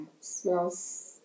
Smells